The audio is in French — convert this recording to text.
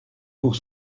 pour